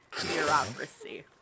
Bureaucracy